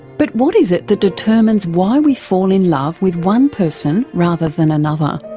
but what is it that determines why we fall in love with one person rather than another.